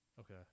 Okay